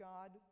God